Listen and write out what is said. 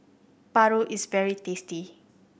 paru is very tasty